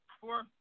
Four